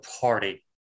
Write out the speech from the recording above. party